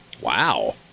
Wow